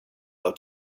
how